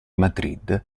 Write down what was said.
madrid